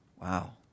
Wow